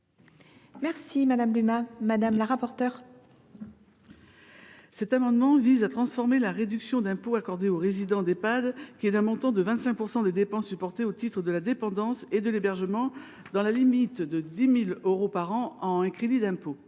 est l’avis de la commission ? Cet amendement vise à transformer la réduction d’impôt accordée aux résidents d’Ehpad, d’un montant de 25 % des dépenses supportées au titre de la dépendance et de l’hébergement, dans la limite de 10 000 euros par an, en un crédit d’impôt.